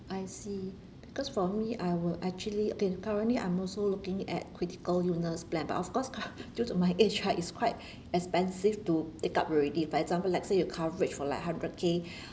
I see because for me I will actually okay currently I'm also looking at critical illness plan but of course due to my age right it's quite expensive to take up already for example like say you coverage for like hundred K